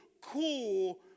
cool